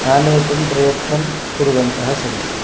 आनेतुं प्रयत्नं कुर्वन्तः सन्ति